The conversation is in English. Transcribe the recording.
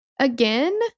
again